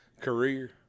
career